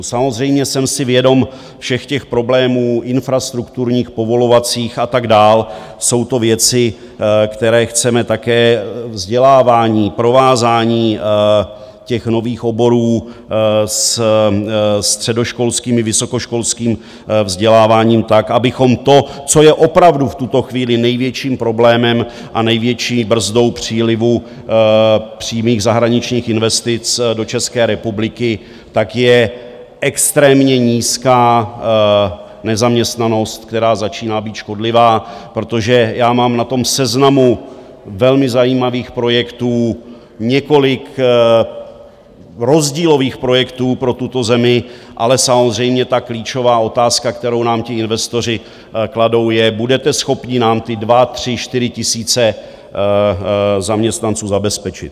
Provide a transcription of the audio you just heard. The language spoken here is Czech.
Samozřejmě jsem si vědom všech těch problémů, infrastrukturních, povolovacích a tak dál, jsou to věci, které chceme také, vzdělávání, provázání nových oborů se středoškolským, vysokoškolským vzděláváním tak, abychom to, co je opravdu v tuto chvíli největším problémem a největší brzdou přílivu přímých zahraničních investic do České republiky, je extrémně nízká nezaměstnanost, která začíná být škodlivá, protože já mám na tom seznamu velmi zajímavých projektů několik rozdílových projektů pro tuto zemi, ale samozřejmě klíčová otázka, kterou nám investoři kladou, je: Budete schopni nám ty 2, 3, 4 tisíce zaměstnanců zabezpečit?